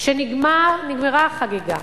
שנגמרה החגיגה,